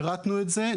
פירטנו את זה.